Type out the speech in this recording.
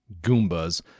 Goombas